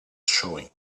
showing